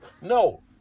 No